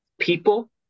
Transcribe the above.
people